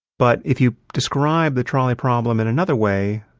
but if you describe the trolley problem in another way,